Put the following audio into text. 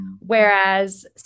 Whereas